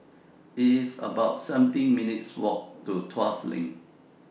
It's about seventeen minutes' Walk to Tuas LINK